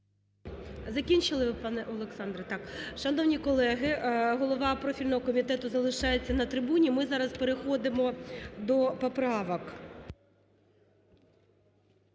Закінчили ви, пане Олександре? Так. Шановні колеги, голова профільного комітету залишається на трибуні. Ми зараз переходимо до поправок.